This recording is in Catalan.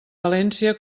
valència